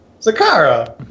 Zakara